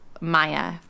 Maya